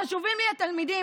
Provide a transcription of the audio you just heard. חבר הכנסת ביטון,